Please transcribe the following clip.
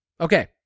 Okay